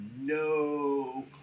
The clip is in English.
no